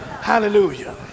hallelujah